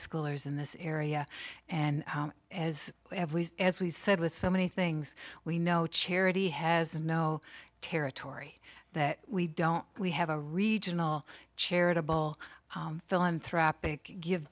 schoolers in this area and as we have as we said with so many things we know charity has no territory that we don't we have a regional charitable philanthropic give